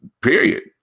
Period